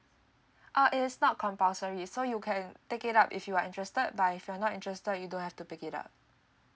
uh it is not compulsory so you can take it up if you are interested by if you're not interested you don't have to pick it up